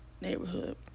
neighborhood